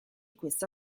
questa